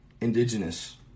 indigenous